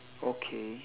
okay